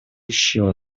еще